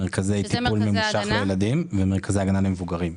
מרכזי טיפול ממושך לילדים ומרכזי הגנה למבוגרים.